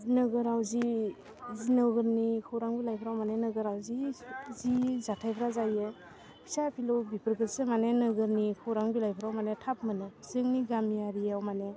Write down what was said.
नोगोराव जि जि नोगोरनि खौरां बिलाइफोराव मानि नोगोराव जि जि जाथाइफ्रा जायो फिसा फिलौ बेफोरखौसो मानि नोगोरनि खौरां बिलाइफ्राव मानि थाब मोनो जोंनि गामियारियाव मानि